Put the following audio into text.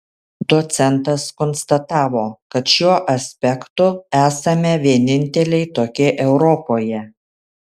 docentas konstatavo kad šiuo aspektu esame vieninteliai tokie europoje